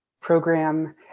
program